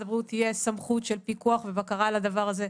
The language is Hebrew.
הבריאות תהיה סמכות של פיקוח ובקרה על הדבר הזה,